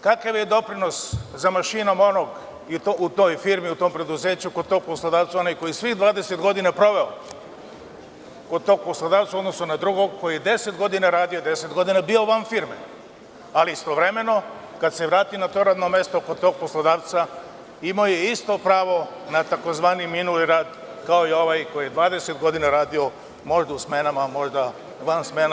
Kakav je doprinos za mašinom onog u toj firmi, u tom preduzeću, koji je svih 20 godina proveo kod tog poslodavca, u odnosu na drugog koji je 10 godina radio, 10 godina bio van firme, ali istovremeno, kad se vrati na to radno mesto kod tog poslodavca, imao je isto pravo na tzv. minuli rad, kao i ovaj koji je 20 godina radio možda u smenama, možda van smena?